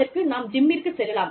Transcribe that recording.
அதற்கு நான் ஜிம்மிற்கு செல்லலாம்